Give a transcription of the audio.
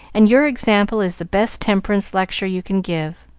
and your example is the best temperance lecture you can give.